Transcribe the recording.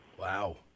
Wow